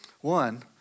One